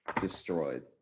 destroyed